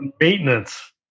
maintenance